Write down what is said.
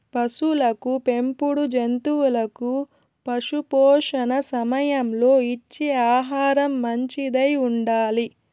పసులకు పెంపుడు జంతువులకు పశుపోషణ సమయంలో ఇచ్చే ఆహారం మంచిదై ఉండాలి